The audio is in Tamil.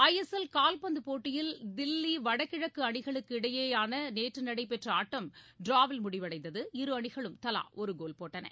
ஐ எஸ் எல் கால்பந்து போட்டியில் தில்லி வடகிழக்கு அணிகளுக்கு இடையேயான நேற்று நடைபெற்ற ஆட்டம் ட்ராவில் முடிவடைந்தது இரு அணிகளும் தலா ஒரு கோல் போட்டன